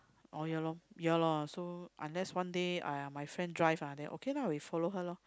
oh ya loh ya lah so unless one day !aiya! my friend drive lah then okay lah we follow her loh